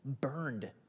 burned